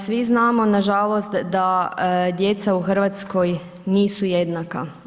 Svi znamo nažalost da djeca u Hrvatskoj nisu jednaka.